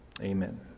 Amen